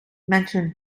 mention